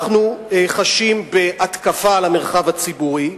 אנחנו חשים בהתקפה על המרחב הציבורי,